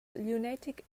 lunatic